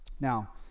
Now